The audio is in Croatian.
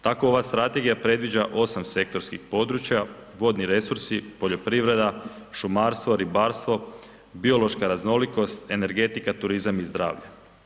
Tako ova Strategija predviđa osam sektorskih područja, vodni resursi, poljoprivreda, šumarstvo, ribarstvo, biološka raznolikost, energetika, turizam i zdravlje.